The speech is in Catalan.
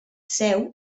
seu